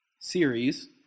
series